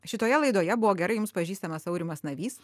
šitoje laidoje buvo gerai jums pažįstamas aurimas navys